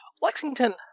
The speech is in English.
Lexington